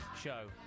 show